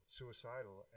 suicidal